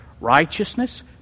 righteousness